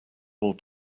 more